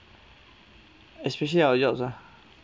especially our jobs lah